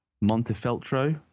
Montefeltro